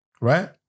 right